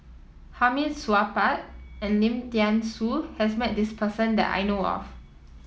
Hamid Supaat and Lim Thean Soo has met this person that I know of